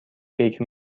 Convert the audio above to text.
فکر